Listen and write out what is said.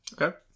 Okay